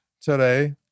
today